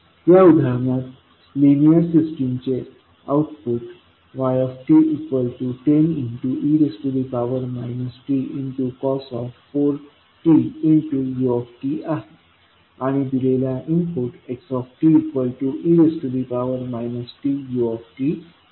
या उदाहरणात लिनियर सिस्टीमचे output y 10e tcos⁡4t u आहे आणि दिलेला इनपुट x e tu आहे